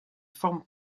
forme